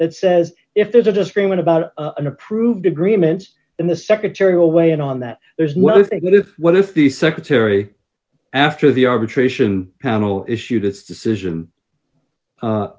that says if there's a disagreement about an approved agreements and the secretary will weigh in on that there's well i think that if what if the secretary after the arbitration panel issued this decision